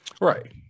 Right